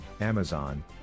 Amazon